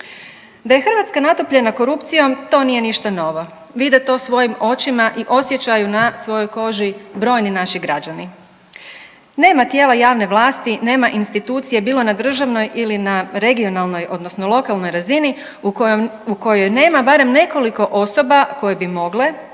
Da je Hrvatska natopljena korupcijom to nije ništa novo, vide to svojim očima i osjećaju na svojoj koži brojni naši građani. Nema tijela javne vlasti, nema institucije bilo na državnoj ili na regionalnoj odnosno lokalnoj razini u kojoj nema barem nekoliko osoba koje bi mogle,